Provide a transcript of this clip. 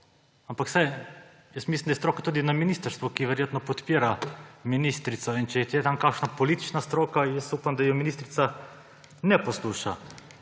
Ampak mislim, da je tudi na ministrstvu stroka, ki verjetno podpira ministrico. In če je tam kakšna politična stroka, upam, da je ministrica ne posluša.